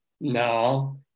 no